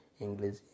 English